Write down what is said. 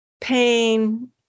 pain